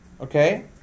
okay